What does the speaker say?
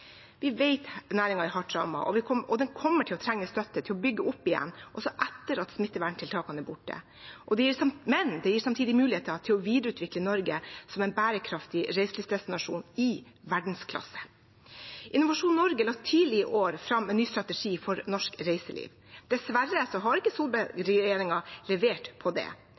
Vi vet at næringen er hardt rammet, og den kommer til å trenge støtte til å bygge opp igjen også etter at smitteverntiltakene er borte. Det gir samtidig muligheter til å videreutvikle Norge som en bærekraftig reiselivsdestinasjon i verdensklasse. Innovasjon Norge la tidligere i år fram en ny strategi for norsk reiseliv. Dessverre har ikke Solberg-regjeringen levert på det.